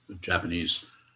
Japanese